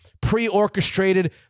pre-orchestrated